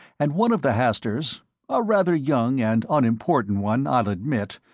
and one of the hasturs a rather young and unimportant one, i'll admit,